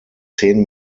zehn